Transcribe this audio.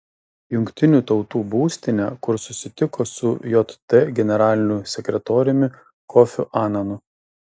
jungtinių tautų būstinę kur susitiko su jt generaliniu sekretoriumi kofiu ananu